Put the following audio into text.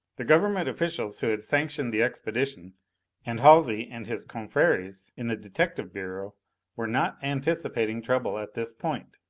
the government officials who had sanctioned the expedition and halsey and his confreres in the detective bureau were not anticipating trouble at this point.